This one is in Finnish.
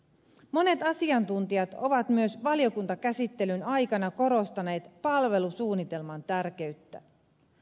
monet asiantuntijat ovat myös valiokuntakäsittelyn aikana korostaneet palvelusuunnitelman tärkeyttä